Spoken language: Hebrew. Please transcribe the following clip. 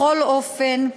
בכל אופן,